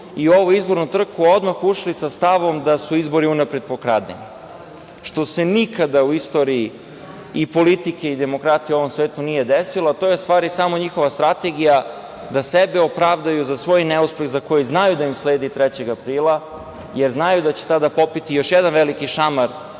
i u ovu izbornu trku odmah ušli sa stavom da su izbori unapred pokradeni, što se nikada u istoriji, i politike, i demokratije u ovom svetu nije desila, to je u stvari samo njihova strategija da sebe opravdaju za svoj neuspeh za koji znaju da im sledi 3. aprila, jer znaju da će tada popiti još jedan veliki šamar